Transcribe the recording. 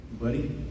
Buddy